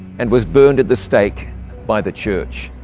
and was burned at the stake by the church.